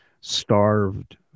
starved